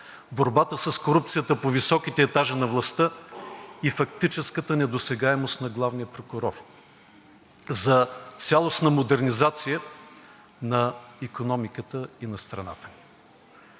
борбата с корупцията по високите етажи на властта и фактическата недосегаемост на главния прокурор, за цялостната модернизация на икономиката и на страната.